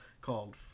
called